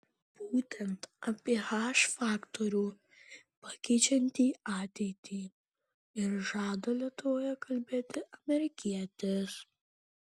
būtent apie h faktorių pakeičiantį ateitį ir žada lietuvoje kalbėti amerikietis